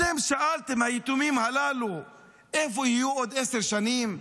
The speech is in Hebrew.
אתם שאלתם איפה יהיו היתומים הללו בעוד עשר שנים?